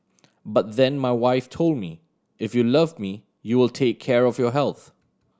but then my wife told me if you love me you will take care of your health